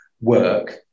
work